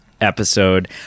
episode